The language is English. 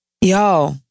Yo